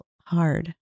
hard